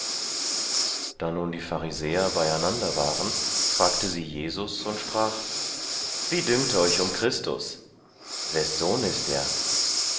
da nun die pharisäer beieinander waren fragte sie jesus und sprach wie dünkt euch um christus wes